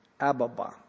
Ababa